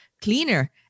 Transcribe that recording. cleaner